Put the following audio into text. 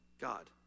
God